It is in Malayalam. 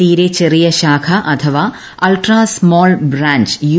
തീരെ ചെറിയ ശാഖ അഥവാ അൾട്രാ സ്മാൾ ബ്രാഞ്ച് യു